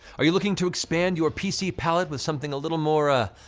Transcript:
are you looking to expand your pc palette with something a little more.